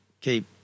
keep